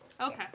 Okay